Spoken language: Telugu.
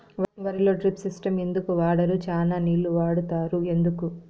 వరిలో డ్రిప్ సిస్టం ఎందుకు వాడరు? చానా నీళ్లు వాడుతారు ఎందుకు?